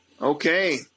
okay